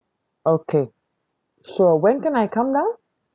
okay sure when can I come down